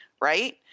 right